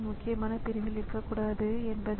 அதன் அளவு வித்தியாசத்தை ஏற்படுத்தும்